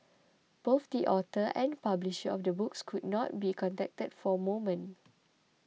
both the author and publisher of the book could not be contacted for movement